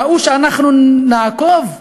ראו שאנחנו נעקוב,